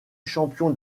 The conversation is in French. champion